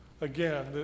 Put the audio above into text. Again